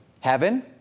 heaven